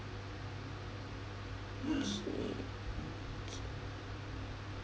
okay okay